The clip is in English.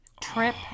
trip